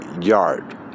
yard